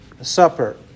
Supper